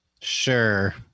Sure